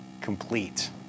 complete